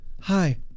Hi